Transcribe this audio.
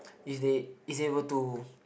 is they is they were to